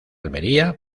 almería